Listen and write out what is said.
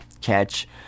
catch